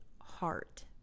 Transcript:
heart